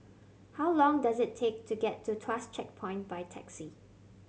how long does it take to get to Tuas Checkpoint by taxi